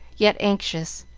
yet anxious,